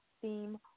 theme